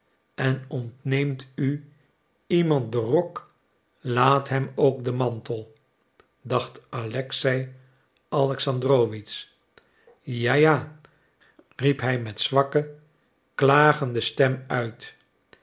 en ontneemt u iemand den rok laat hem ook den mantel dacht alexei alexandrowitsch ja ja riep hij met zwakke klagende stem uit